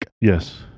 Yes